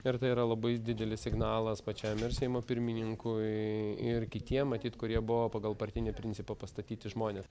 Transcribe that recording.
ir tai yra labai didelis signalas pačiam ir seimo pirmininkui ir kitiem matyt kurie buvo pagal partinį principą pastatyti žmonės